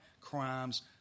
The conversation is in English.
Crimes